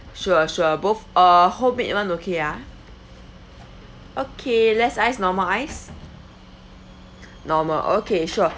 sure sure both uh homemade one okay ah okay less ice normal ice normal okay sure